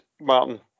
Martin